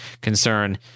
concern